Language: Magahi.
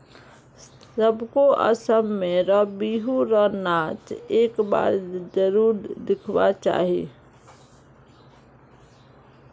सबको असम में र बिहु र नाच एक बार जरुर दिखवा चाहि